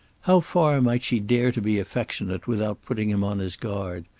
how far might she dare to be affectionate without putting him on his guard?